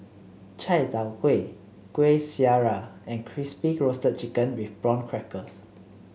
Chai Tow Kway Kueh Syara and Crispy Roasted Chicken with Prawn Crackers